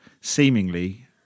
seemingly